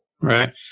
Right